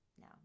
No